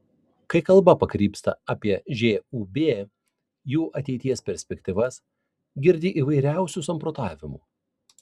kai kalba pakrypsta apie žūb jų ateities perspektyvas girdi įvairiausių samprotavimų